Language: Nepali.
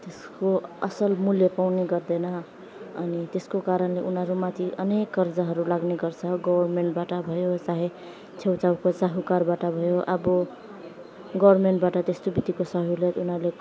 त्यसको असल मूल्य पाउने गर्दैन अनि त्यसको कारणले उनीहरू माथि अनेक कर्जाहरू लाग्ने गर्छ गभर्मेन्टबाट भयो चाहे छेउछाउको साहुकारबाट भयो अब गभर्मेन्टबाट त्यस्तो विधिको सहुलियत उनीहरूले